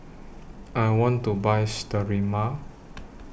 I want to Buy Sterimar